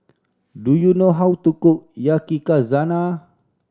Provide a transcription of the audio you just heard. do you know how to cook Yakizakana